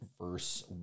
verse